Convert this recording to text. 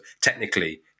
technically